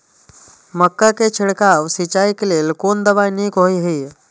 मक्का के छिड़काव सिंचाई के लेल कोन दवाई नीक होय इय?